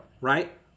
Right